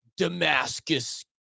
Damascus